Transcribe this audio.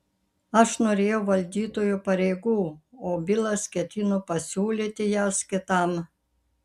aš norėjau valdytojo pareigų o bilas ketino pasiūlyti jas kitam